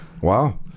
wow